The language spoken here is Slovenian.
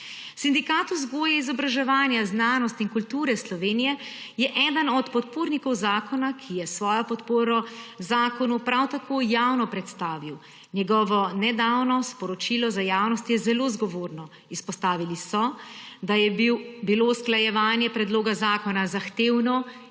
Sindikat vzgoje, izobraževanja, znanosti in kulture Slovenije je eden od podpornikov zakona, ki je svojo podporo zakonu prav tako javno predstavil. Njegovo nedavno sporočilo za javnost je zelo zgovorno. Izpostavili so, da je bilo usklajevanje predloga zakona zahtevno in